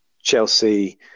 Chelsea